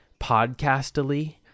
podcastily